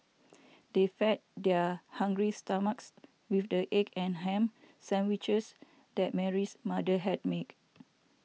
they fed their hungry stomachs with the egg and ham sandwiches that Mary's mother had make